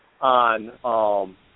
on